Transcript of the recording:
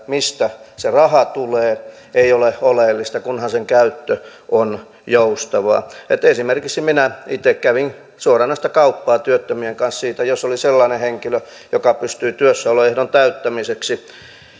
mistä se raha tulee ei ole oleellista kunhan sen käyttö on joustavaa esimerkiksi minä itse kävin suoranaista kauppaa työttömien kanssa jos oli sellainen henkilö joka pystyi työssäoloehdon täyttämiseksi